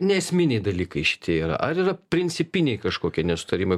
neesminiai dalykai šitie yra ar yra principiniai kažkokie nesutarimai